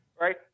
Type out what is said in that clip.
Right